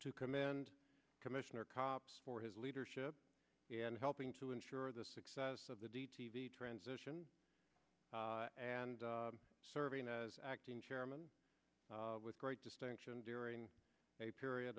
to commend commissioner cops for his leadership and helping to ensure the success of the d t d transition and serving as acting chairman with great distinction during a period